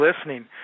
listening